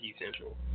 essential